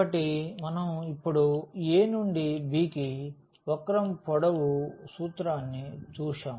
కాబట్టి మనం ఇప్పుడు a నుండి b కి వక్రం పొడవు సూత్రాన్ని చూశాం